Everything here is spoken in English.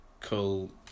cool